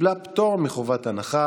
אינו נוכח,